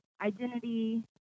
identity